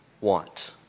want